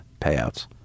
payouts